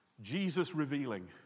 Jesus-revealing